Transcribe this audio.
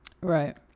right